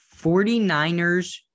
49ers-